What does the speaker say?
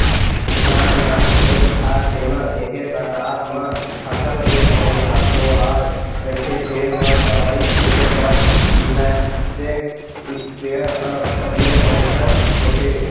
नाननान खेत खार जेमा एके कतार म फसल के पउधा बोवाए रहिथे तेन म दवई छिंचे बर नैपसेक इस्पेयर ह सबले बड़िहा होथे